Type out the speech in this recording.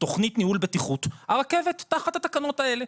תוכנית ניהול בטיחות והרכבת תחת התקנות האלה.